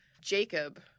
Jacob